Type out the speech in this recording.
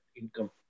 income